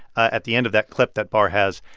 at the end of that clip that barr has,